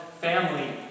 family